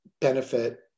benefit